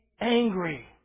angry